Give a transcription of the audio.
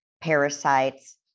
parasites